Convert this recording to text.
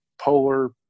polar